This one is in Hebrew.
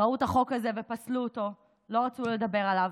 ראו את החוק הזה ופסלו אותו, לא רצו לדבר עליו.